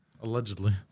Allegedly